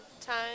time